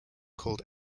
called